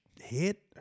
hit